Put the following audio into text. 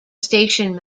station